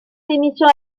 émission